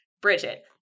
Bridget